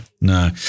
no